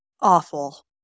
awful